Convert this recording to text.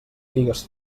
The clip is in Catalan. figues